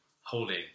holding